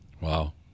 Wow